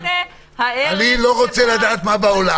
אני לא רוצה לדעת מה בעולם.